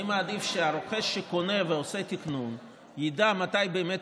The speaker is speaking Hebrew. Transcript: אני מעדיף שהרוכש שקונה ועושה תכנון ידע מתי באמת